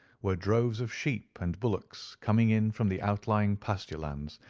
were droves of sheep and bullocks coming in from the outlying pasture lands,